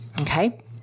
Okay